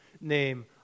name